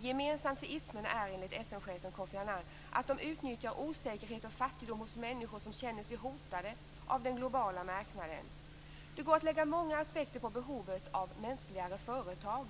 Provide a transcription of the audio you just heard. Gemensamt för ismerna är enligt FN-chefen Kofi Annan att de utnyttjar osäkerhet och fattigdom hos människor som känner sig hotade av den globala marknaden. Det går att lägga många aspekter på behovet av mänskligare företag.